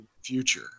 future